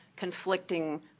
conflicting